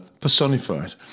personified